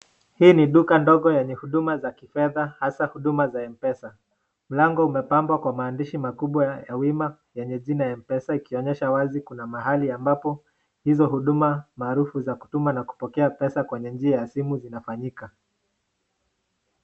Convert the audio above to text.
Hii ni duka ndogo yenye huduma za kifedha hasa huduma za Mpesa, mlango umepambwa kwa maandishi makubwa ya wima yenye jina Mpesa ikionyesha wazi kuna mahali ambapo hizo huduma maarafu za kutuma na kupokea pesa kwenye njia ya simu zinafanyika.